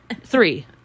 three